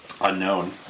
Unknown